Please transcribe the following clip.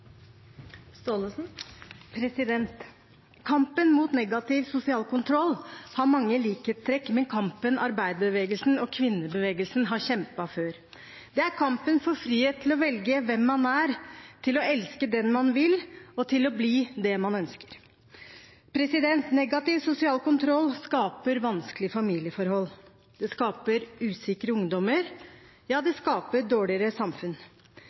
Kampen mot negativ sosial kontroll har mange likhetstrekk med kampen arbeiderbevegelsen og kvinnebevegelsen har kjempet før. Det er kampen for frihet til å velge hvem man er, til å elske den man vil, og til å bli det man ønsker. Negativ sosial kontroll skaper vanskelige familieforhold. Det skaper usikre ungdommer – ja, det skaper et dårligere samfunn.